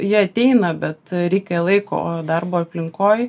jie ateina bet reikia laiko darbo aplinkoj